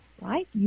right